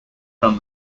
from